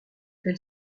elle